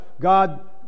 God